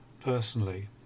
personally